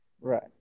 Right